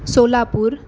Solapur